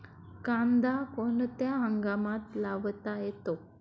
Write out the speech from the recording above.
कांदा कोणत्या हंगामात लावता येतो?